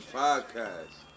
podcast